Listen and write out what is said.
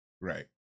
right